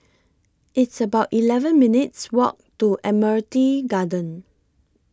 It's about eleven minutes' Walk to Admiralty Garden